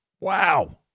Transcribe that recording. Wow